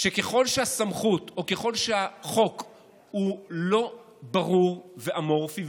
ככל שהחוק הוא לא ברור ואמורפי,